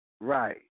Right